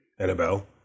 Annabelle